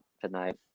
tonight